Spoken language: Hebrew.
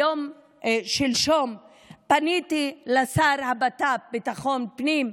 שלשום פניתי לשר הבט"פ, ביטחון פנים,